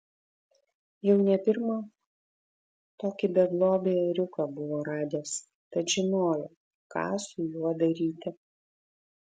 jau ne pirmą tokį beglobį ėriuką buvo radęs tad žinojo ką su juo daryti